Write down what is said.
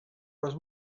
was